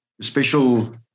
special